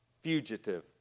fugitive